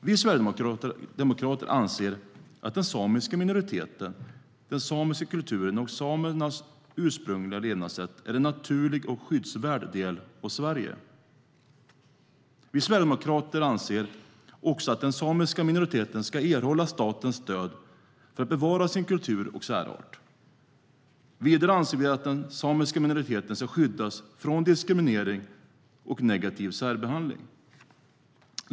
Vi sverigedemokrater anser att den samiska minoriteten, den samiska kulturen och samernas ursprungliga levnadssätt är en naturlig och skyddsvärd del av Sverige. Vi sverigedemokrater anser att den samiska minoriteten ska erhålla statens stöd för att bevara sin kultur och särart. Vidare anser vi att den samiska minoriteten ska skyddas från diskriminering och negativ särbehandling.